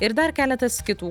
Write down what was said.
ir dar keletas kitų